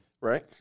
Right